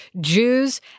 Jews